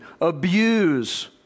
abuse